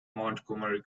montgomery